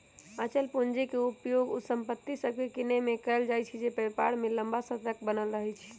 अचल पूंजी के उपयोग उ संपत्ति सभके किनेमें कएल जाइ छइ जे व्यापार में लम्मा समय तक बनल रहइ